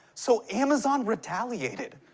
so amazon retaliated.